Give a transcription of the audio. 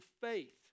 faith